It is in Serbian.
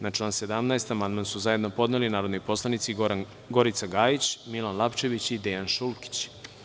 Na član 17. amandman su zajedno podneli narodni poslanici Gorica Gajić, Milan Lapčević, , i Dejan Šulkić.